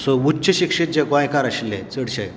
उच्च शिक्षीत जे गोंयकार आशिल्ले चडशें